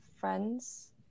friends